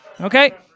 Okay